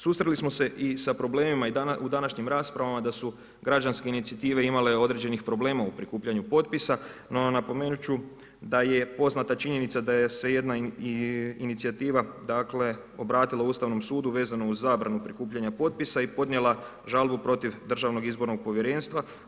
Susreli smo se i sa problemima u današnjim raspravama da su građanske inicijative imale određenih problema u prikupljanju potpisa, no napomenut ću da je poznata činjenica da se jedna inicijativa obratila Ustavnom sudu vezano uz zabranu prikupljanja potpisa i podnijela žalbu protiv Državnog izbornog povjerenstva.